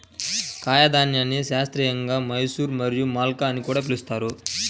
కాయధాన్యాన్ని శాస్త్రీయంగా మసూర్ మరియు మల్కా అని కూడా పిలుస్తారు